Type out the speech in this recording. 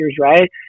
right